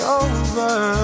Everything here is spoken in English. over